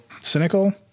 cynical